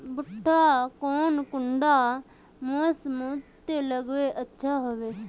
भुट्टा कौन कुंडा मोसमोत लगले अच्छा होबे?